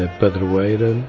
padroeira